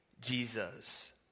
Jesus